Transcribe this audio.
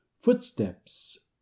footsteps